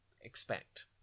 expect